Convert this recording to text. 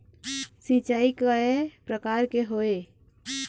सिचाई कय प्रकार के होये?